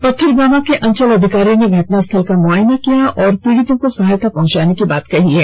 पथरगामा के अंचल अधिकारी ने घटनास्थल का मुआयना कर पीड़ित को सहायता पहुंचाने की बात कही है